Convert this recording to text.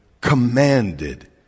commanded